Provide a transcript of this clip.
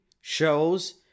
shows